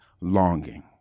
longing